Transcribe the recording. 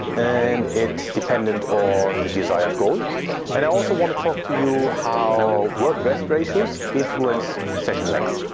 and it's dependent on the desired goal and i also want to talk to you how work rest ratios influence session lengths,